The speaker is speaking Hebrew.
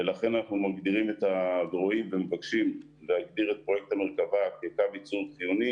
ולכן אנחנו מבקשים להגדיר את פרויקט המרכבה כקו ייצור חיוני